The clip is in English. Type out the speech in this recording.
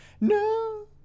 no